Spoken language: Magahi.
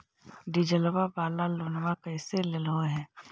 डीजलवा वाला लोनवा कैसे लेलहो हे?